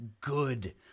good